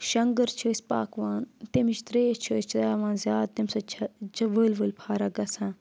شنٛگٕر چھِ أسۍ پَاکوان تمِچ ترٛیش چھِ أسۍ چَوان زیادٕ تمہِ سۭتۍ چھِ چھِ ؤلۍ ؤلۍ فَرَکھ گَژھان